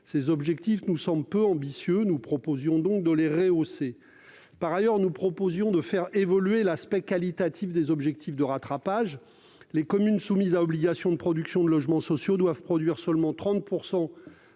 Ces objectifs nous semblant peu ambitieux, nous proposions de les rehausser. Par ailleurs nous proposions de faire évoluer l'aspect qualitatif des objectifs de rattrapage. Les communes soumises à obligation de production de logements sociaux doivent produire seulement 30